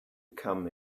come